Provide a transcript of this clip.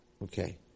Okay